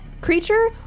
creature